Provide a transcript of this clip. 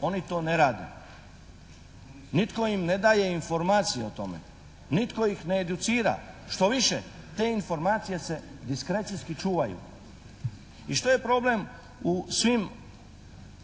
oni to ne rade. Nitko im ne daje informacije o tome. Nitko ih ne educira, štoviše te informacije se diskrecijski čuvaju. I što je problem u svim